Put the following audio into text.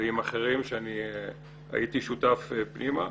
ואחרים הייתי שותף פנימה.